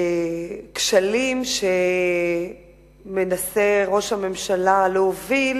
הכשלים שראש הממשלה מנסה להוביל